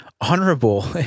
honorable